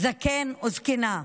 זקן וזקנה.